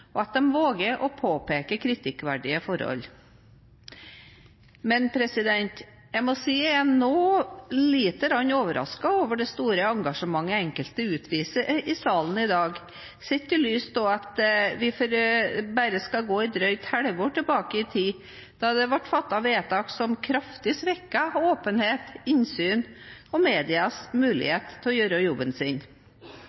og at de våger å påpeke kritikkverdige forhold. Jeg må si jeg er noe overrasket over det store engasjementet enkelte utviser i salen i dag, sett i lys av at vi bare skal gå et drøyt halvår tilbake i tid, juni 2015, for å se at det ble fattet vedtak som kraftig svekket åpenhet, innsyn og